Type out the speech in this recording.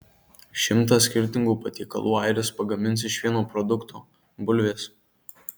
šimtą skirtingų patiekalų airis pagamins iš vieno produkto bulvės